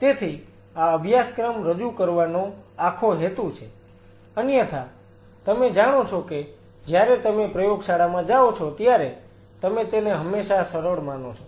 તેથી આ અભ્યાસક્રમ રજૂ કરવાનો આખો હેતુ છે અન્યથા તમે જાણો છો કે જ્યારે તમે પ્રયોગશાળામાં જાઓ છો ત્યારે તમે તેને હંમેશા સરળ માનો છો